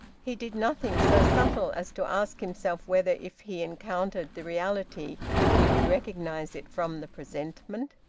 he did nothing so subtle as to ask himself whether if he encountered the reality he would recognise it from the presentment.